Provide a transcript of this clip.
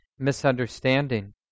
misunderstanding